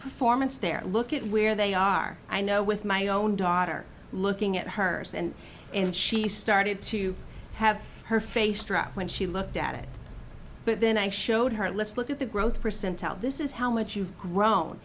performance there look at where they are i know with my own daughter looking at hers and and she started to have her face dropped when she looked at it but then i showed her let's look at the growth percentile this is how much you've grown